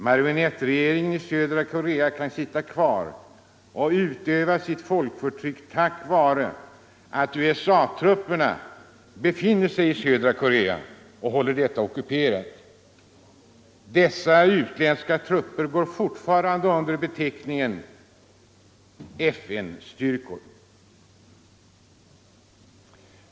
Marionettregeringen kan sitta kvar och utöva sitt folkförtryck tack vare att USA-trupperna håller södra Korea ockuperat. Dessa utländska trupper går fortfarande under beteckningen ”FN-styrkor”.